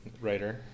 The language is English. writer